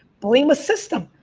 blame a system.